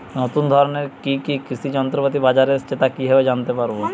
নতুন ধরনের কি কি কৃষি যন্ত্রপাতি বাজারে এসেছে তা কিভাবে জানতেপারব?